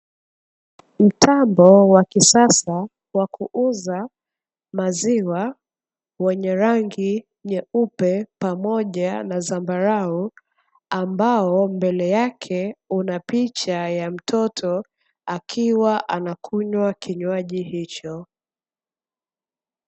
Mtambo wa kisasa wakuuza maziwa wenye rangi nyeupe pamoja na zambarau, ambao mbele yake unapicha ya mtoto akiwa anakunywa kinywaji hicho.